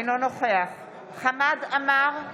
אינו נוכח חמד עמאר,